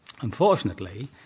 Unfortunately